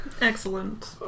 Excellent